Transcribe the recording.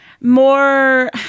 more